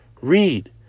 Read